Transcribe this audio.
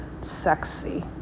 sexy